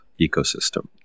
ecosystem